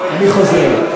אני חוזר בי.